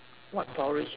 what porridge